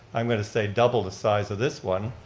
i'm going to say double the size of this one.